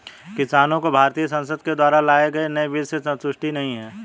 किसानों को भारतीय संसद के द्वारा लाए गए नए बिल से संतुष्टि नहीं है